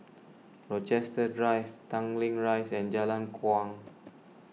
Rochester Drive Tanglin Rise and Jalan Kuang